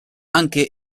anche